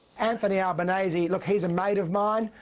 anthony albanese, look he's a mate of mine.